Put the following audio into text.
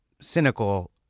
cynical